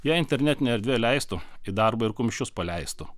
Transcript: jei internetinė erdvė leistų į darbą ir kumščius paleistų